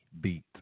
Beat